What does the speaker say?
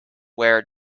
where